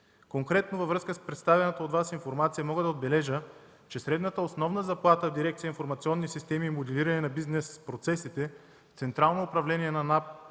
Конкретно във връзка с представената от Вас информация мога да отбележа, че средната основна заплата в дирекция „Информационни системи и моделиране на бизнес процесите” в Централно управление на НАП